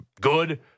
good